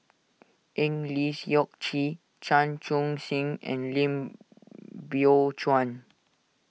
Eng Lee Seok Chee Chan Chun Sing and Lim Biow Chuan